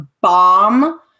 bomb